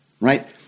right